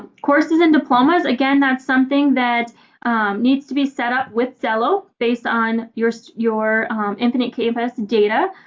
courses in diplomas. again that's something that needs to be set up with xello based on your your infinite campus data.